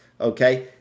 Okay